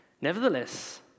Nevertheless